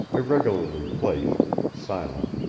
irregularly placed, silent,